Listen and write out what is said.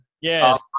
Yes